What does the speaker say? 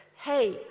hey